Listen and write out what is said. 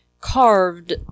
carved